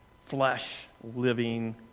flesh-living